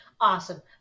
Awesome